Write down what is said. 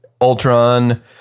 Ultron